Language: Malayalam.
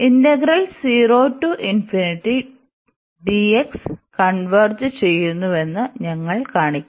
ഇന്റഗ്രൽ കൺവെർജ് ചെയ്യുന്നുവെന്ന് ഞങ്ങൾ കാണിക്കും